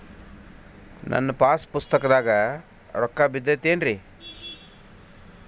ನನ್ನ ಪಾಸ್ ಪುಸ್ತಕದಾಗ ರೊಕ್ಕ ಬಿದ್ದೈತೇನ್ರಿ?